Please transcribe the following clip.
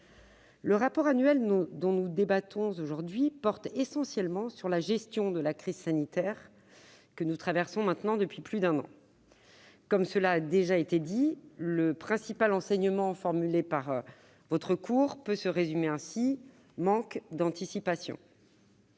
Le rapport annuel dont nous discutons aujourd'hui porte essentiellement sur la gestion de la crise sanitaire que nous traversons depuis plus d'un an. Comme cela a déjà été dit, le principal enseignement formulé par la Cour peut se résumer en quelques mots : manque d'anticipation.